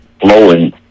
flowing